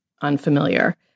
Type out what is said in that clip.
unfamiliar